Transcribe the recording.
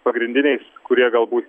pagrindiniais kurie galbūt